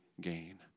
gain